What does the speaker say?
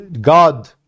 God